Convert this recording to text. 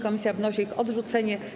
Komisja wnosi o ich odrzucenie.